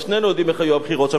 שנינו יודעים איך היו הבחירות שם.